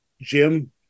Jim